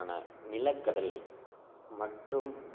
ஆன நிலக்கடலை மற்றும்